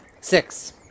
Six